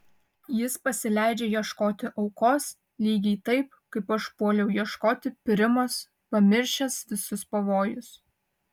jis pasileidžia ieškoti aukos lygiai taip kaip aš puoliau ieškoti primos pamiršęs visus pavojus